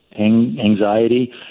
anxiety